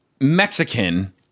Mexican